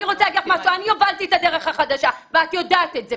אני הובלתי את "הדרך החדשה" ואת יודעת את זה,